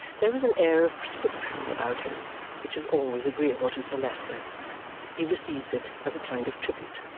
there is an air of prescription about him which is always agreeable to sir leicester he receives it as a kind of tribute.